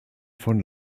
von